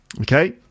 Okay